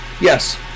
Yes